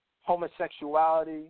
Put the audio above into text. homosexuality